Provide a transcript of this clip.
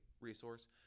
resource